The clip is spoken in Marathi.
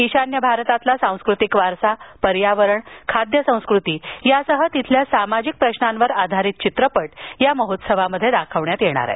ईशान्य भारतातील सांस्कृतिक वारसा पर्यावरण तसेच खाद्यसंस्कृती सहीत तिथल्या सामाजिक प्रश्नांवर आधारित चित्रपट या महोत्सवात दाखविण्यात येणार आहेत